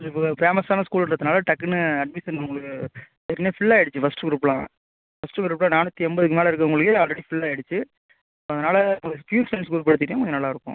இது ஃபேமஸான ஸ்கூலுன்றதுனால் டக்குன்னு அட்மிஷன் உங்களுக்கு ஏற்கனவே ஃபுல் ஆகிடுச்சி ஃபஸ்ட்டு குரூப்லாம் ஃபஸ்ட்டு குரூப்பு நானூற்றி எண்பதுக்கு மேலே இருக்குறவங்களுக்கே ஆல்ரெடி ஃபுல் ஆகிடுச்சி அதனால் உங்களுக்கு ப்யூர் சயின்ஸ் குரூப் எடுத்துக்கிட்டீங்கனா கொஞ்சம் நல்லாயிருக்கும்